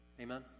Amen